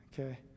okay